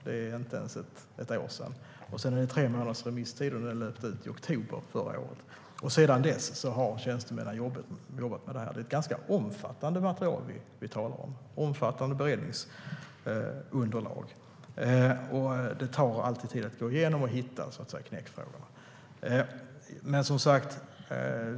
Det är inte ens ett år sedan. Sedan var det tre månaders remisstid som löpte ut i oktober förra året. Sedan dess har tjänstemännen jobbat med detta. Det är ett ganska omfattande beredningsunderlag som vi talar om. Det tar alltid tid att gå igenom och hitta knäckfrågorna.